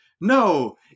No